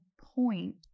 point